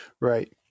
right